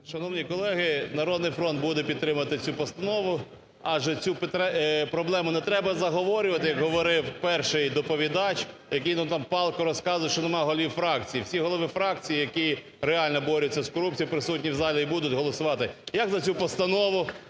Шановні колеги! "Народний фронт" буде підтримувати цю постанову. Адже цю проблему не треба заговорювати, як говорив перший доповідач, який нам так палко розказував, що нема голів фракцій. Всі голови фракцій, які реально борються з корупцією, присутні в залі і будуть голосувати за цю постанову.